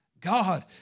God